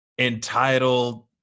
entitled